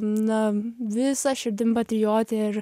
na visa širdim patriotė ir